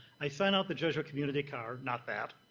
i signed out the jesuit community car, not that.